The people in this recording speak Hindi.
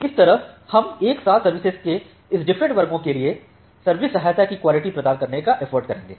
इस तरह हम एक साथ सर्विसेज के इस डिफरेंट वर्गों के लिए सर्विस सहायता की क्वालिटी प्रदान करने का एफर्ट करेंगे